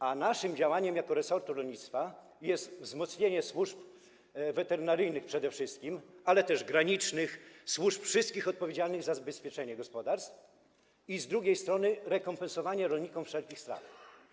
A naszym zadaniem jako resortu rolnictwa jest, z jednej strony, wzmocnienie służb weterynaryjnych przede wszystkim, ale też służb granicznych, wszystkich służb odpowiedzialnych za zabezpieczenie gospodarstw i, z drugiej strony, rekompensowanie rolnikom wszelkich strat.